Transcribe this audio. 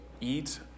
eat